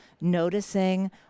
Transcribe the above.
noticing